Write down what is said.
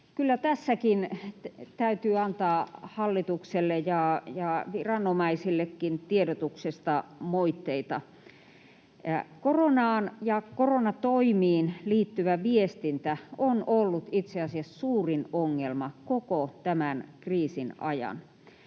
tässäkin täytyy antaa hallitukselle ja viranomaisillekin tiedotuksesta moitteita. Koronaan ja koronatoimiin liittyvä viestintä on ollut itse asiassa suurin ongelma koko tämän kriisin ajan.